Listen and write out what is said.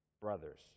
brothers